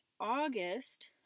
August